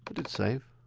but did save.